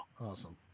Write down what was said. Awesome